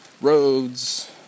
Roads